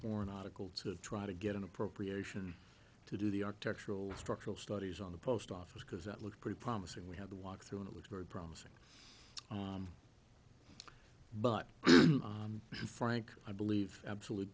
gn article to try to get an appropriation to do the architectural structural studies on the post office because that looked pretty promising we had to walk through and it looks very promising but if you frank i believe absolutely